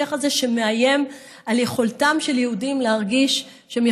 השיח הזה שמאיים על יכולתם של יהודים להרגיש שהם